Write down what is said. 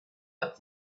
but